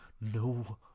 No